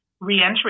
reentry